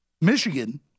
Michigan